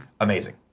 amazing